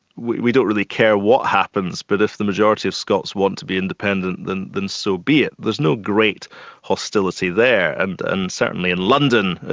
we don't really care what happens, but if the majority of scots want to be independent, then then so be it. there's no great hostility there, and and certainly in london,